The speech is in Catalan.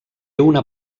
una